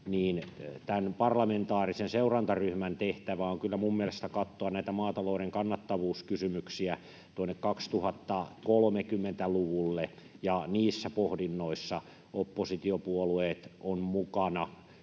tämän parlamentaarisen seurantaryhmän tehtävä on kyllä mielestäni katsoa näitä maatalouden kannattavuuskysymyksiä tuonne 2030-luvulle, ja niissä pohdinnoissa oppositiopuolueet ovat mukana.